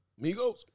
Migos